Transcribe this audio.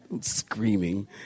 Screaming